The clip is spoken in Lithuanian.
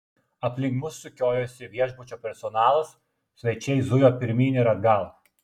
aplink mus sukiojosi viešbučio personalas svečiai zujo pirmyn ir atgal